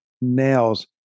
nails